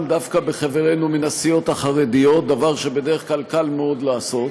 דווקא בחברינו מן הסיעות החרדיות - דבר שבדרך כלל קל מאוד לעשות,